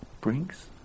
brings